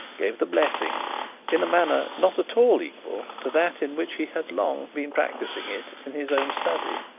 gave the blessing in a manner not at all equal to that in which he had long been practising it in his own study,